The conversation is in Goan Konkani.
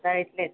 जाय इतलेंच